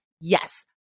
yes